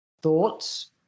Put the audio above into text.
thoughts